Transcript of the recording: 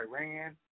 Iran